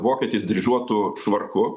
vokietis dryžuotu švarku